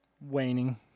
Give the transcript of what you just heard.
Waning